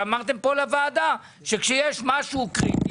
אמרתם כאן לוועדה שכשיש משהו קריטי,